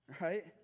right